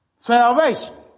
salvation